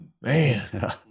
man